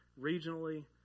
regionally